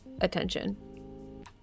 attention